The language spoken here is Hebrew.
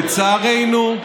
לצערנו,